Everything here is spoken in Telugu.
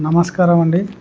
నమస్కారమండి